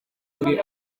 muri